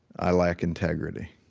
i lack integrity.